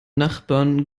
nachbarn